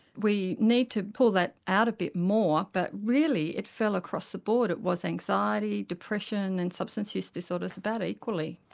we need to pull that out a bit more but really it fell across the board, it was anxiety, depression and substance use disorder about equally.